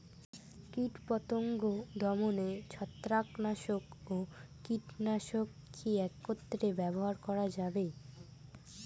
কীটপতঙ্গ দমনে ছত্রাকনাশক ও কীটনাশক কী একত্রে ব্যবহার করা যাবে?